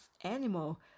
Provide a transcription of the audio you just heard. animal